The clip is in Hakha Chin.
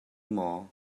maw